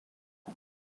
ans